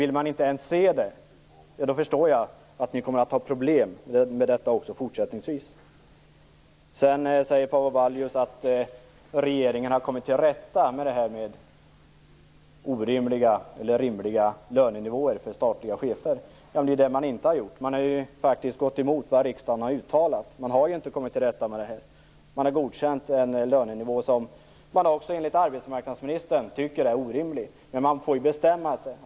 Om man inte ens vill se det förstår jag att ni kommer att ha problem med detta också fortsättningsvis. Paavo Vallius säger att regeringen har kommit till rätta med orimliga lönenivåer för statliga chefer. Det har man inte gjort. Man har faktiskt gått emot vad riksdagen har uttalat. Man har inte kommit till rätta med det här. Man har godkänt en lönenivå som man, enligt arbetsmarknadsministern, tycker är orimlig. Man måste bestämma sig.